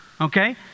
okay